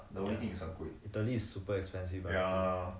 ya italy is super expensive right